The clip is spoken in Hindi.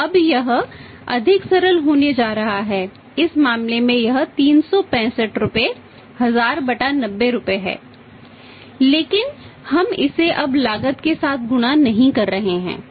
तो यह अब और अधिक सरल होने जा रहा है इस मामले में यह 365 रुपये 100090 रुपये है लेकिन हम इसे अब लागत के साथ गुणा नहीं कर रहे हैं